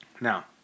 Now